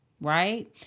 right